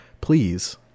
Please